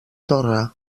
torre